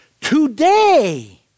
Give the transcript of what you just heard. Today